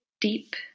deep